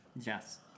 Yes